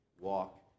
walk